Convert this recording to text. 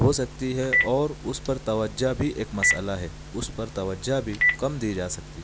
ہو سکتی ہے اور اس پر توجہ بھی ایک مسئلہ ہے اس پر توجہ بھی کم دی جا سکتی ہے